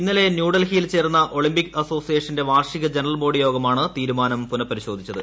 ഇന്നലെ ന്യൂഡൽഹിയിൽ ചേർന്ന ഒളിമ്പിക് അസ്റ്റ്സ്ട്രിയേഷന്റെ വാർഷിക ജനറൽ ബോഡി യോഗമാണ് തീരുമാനം പുനൂപ്പേരിശോധിച്ചത്